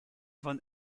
van